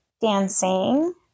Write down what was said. dancing